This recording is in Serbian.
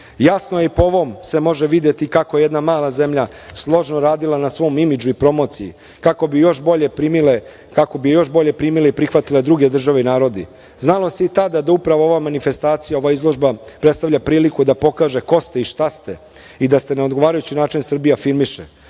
drugi. Jasno je i po ovom se može videti kako jedna je jedna mala zemlja složno radila na svom imidžu i promociji, kako bi još bolje primile i prihvatile druge države i narodi. Znalo se i tada da upravo ova manifestacija, ova izložba predstavlja priliku da pokaže ko ste i šta ste i da se na odgovarajući način Srbija afirmiše.